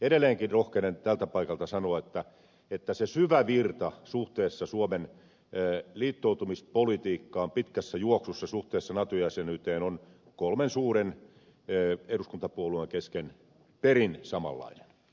edelleenkin rohkenen tältä paikalta sanoa että se syvä virta suhteessa suomen liittoutumispolitiikkaan ja pitkässä juoksussa suhteessa nato jäsenyyteen on kolmen suuren eduskuntapuolueen kesken perin samanlainen